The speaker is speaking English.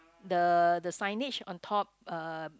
the the signage on top uh